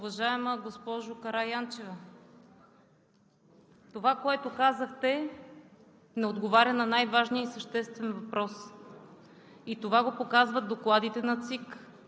Уважаема госпожо Караянчева, това, което казахте, не отговаря на най-важния и съществен въпрос. Това показват докладите на ЦИК,